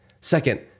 Second